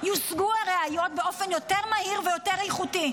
יושגו הראיות באופן יותר מהיר ויותר איכותי,